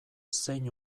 zein